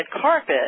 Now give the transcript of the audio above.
carpet